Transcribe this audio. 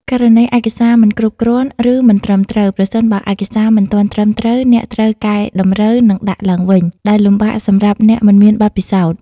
ករណីឯកសារមិនគ្រប់គ្រាន់ឬមិនត្រឹមត្រូវ ប្រសិនបើឯកសារមិនទាន់ត្រឹមត្រូវ អ្នកត្រូវកែតម្រូវ និងដាក់ឡើងវិញ ដែលលំបាកសម្រាប់អ្នកមិនមានបទពិសោធន៍។